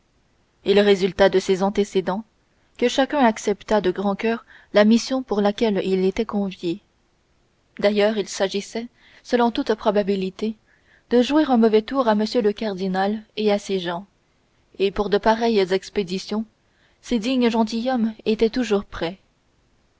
il résulta de ces antécédents que chacun accepta de grand coeur la mission pour laquelle il était convié d'ailleurs il s'agissait selon toute probabilité de jouer un mauvais tour à m le cardinal et à ses gens et pour de pareilles expéditions ces dignes gentilshommes étaient toujours prêts